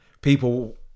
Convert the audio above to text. people